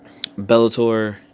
Bellator